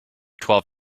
twelve